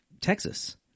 Texas